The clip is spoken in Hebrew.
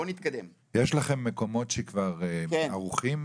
יש לכם מקומות שכבר ערוכים?